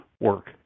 work